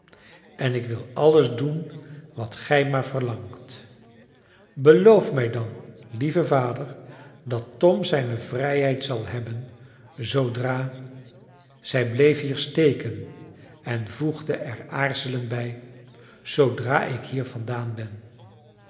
en ik wil alles doen wat gij maar verlangt beloof mij dan lieve vader dat tom zijne vrijheid zal hebben zoodra zij bleef hier steken en voegde er aarzelend bij zoodra ik hier vandaan ben